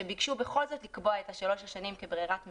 שביקשו בכל זאת לקבוע את שלוש השנים כברירת מחדל,